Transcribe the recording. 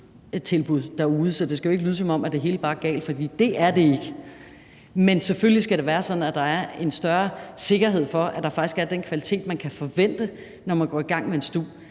stu-tilbud derude, så det skal jo ikke lyde, som om det hele bare er galt, for det er det ikke. Men selvfølgelig skal det være sådan, at der er en større sikkerhed for, at der faktisk er den kvalitet, man kan forvente, når man går i gang med en stu.